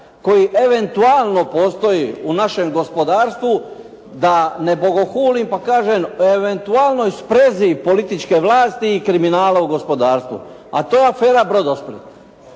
koji eventualno postoji u našem gospodarstvu da ne bogohulim pa kažem o eventualnoj sprezi političke vlasti i kriminala u gospodarstvu, a to je afera Brodosplit.